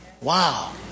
Wow